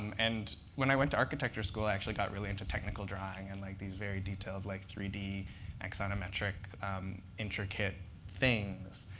and when i went to architecture school, i actually got really into technical drawing and like these very detailed like three d axonometric intricate things.